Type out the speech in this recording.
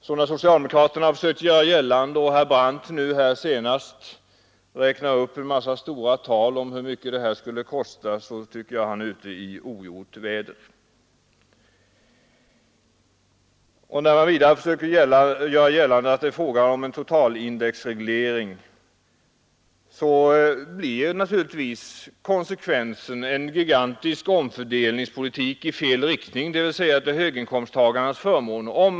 Så när herr Brandt här räknar upp en mängd stora siffror om hur mycket det hela skulle kosta tycker jag att han är ute i ogjort väder. När han vidare försöker göra gällande att det är fråga om en total indexreglering blir naturligtvis konsekvensen — om man ackumulerar talen såsom herr Brandt gjorde här tidigare — en gigantisk omfördelningspolitik i fel riktning, dvs. till höginkomsttagarnas förmån.